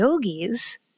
yogis